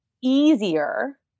easier